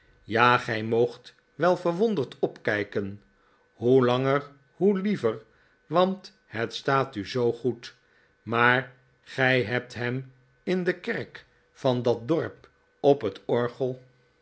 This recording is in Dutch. ja gij moogt wel verwonderd opkijken hoe langer hoe liever want het staat u zoo goed maar gij hebt hem in de kerk van dat dorp op het orgel